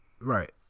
right